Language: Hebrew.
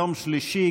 יום שלישי,